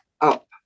up